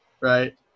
right